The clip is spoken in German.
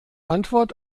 antwort